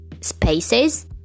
spaces